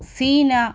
Seena